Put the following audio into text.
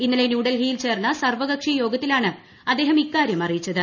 ഇന്നലെ ന്യൂഡൽഹിയിൽ ചേർന്ന സർവ്വകക്ഷിയോഗത്തിലാണ് അദ്ദേഹം ഇക്കാര്യം അറിയിച്ചത്